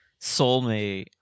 soulmate